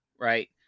right